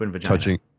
touching